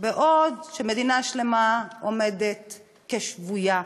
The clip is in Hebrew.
בעוד מדינה שלמה עומדת כשבויה,